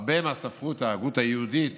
הרבה מהספרות וההגות היהודית